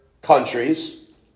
countries